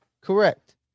Correct